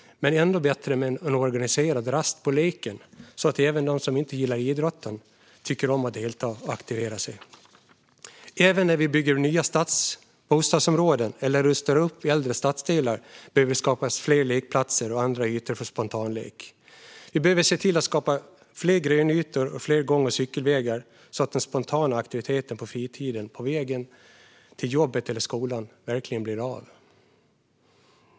Men det är ännu bättre med organiserad lek på rasten, så att även de som inte gillar idrott tycker om att delta och aktivera sig. När vi bygger nya bostadsområden eller rustar upp äldre stadsdelar behöver det skapas fler lekplatser och andra ytor för spontanlek. Vi behöver se till att skapa fler grönytor och fler gång och cykelvägar, så att den spontana aktiviteten på fritiden och på väg till jobbet eller skolan verkligen blir av.